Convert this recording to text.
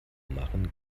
machen